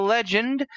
Legend